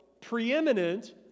preeminent